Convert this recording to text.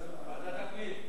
ועדת הפנים.